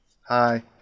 Hi